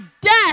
death